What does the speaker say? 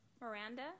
Miranda